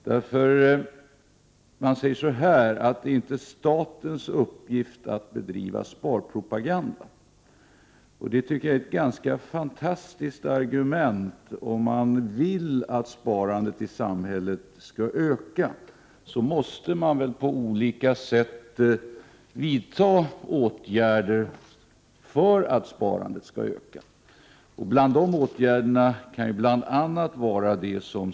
Det sägs där att det inte är statens uppgift att bedriva sparpropaganda. Det tycker jag är ett ganska fantastiskt argument. Om man vill att sparandet i samhället skall öka, måste man väl på olika sätt vidta åtgärder. Bland dessa åtgärder kan ju ingå det som spardelegationen arbetar med.